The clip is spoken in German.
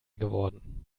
geworden